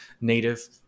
native